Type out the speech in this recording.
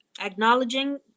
acknowledging